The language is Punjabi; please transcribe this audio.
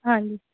ਹਾਂਜੀ